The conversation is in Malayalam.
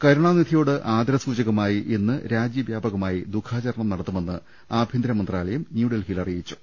കരുണാനിധിയോട് ആദരസൂചകമായി ഇന്ന് രാജ്യവ്യാപകമായി ദുഃഖാച രണം നടത്തുമെന്ന് ആഭൃന്തര മന്ത്രാലയം ന്യൂഡൽഹിയിൽ അറിയിച്ചു